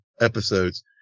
episodes